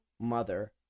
mother